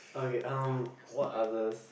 okay um what others